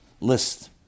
list